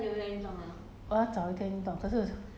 eh 我很久没有运动 liao